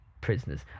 prisoners